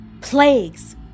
plagues